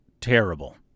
terrible